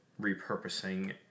repurposing